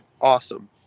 awesome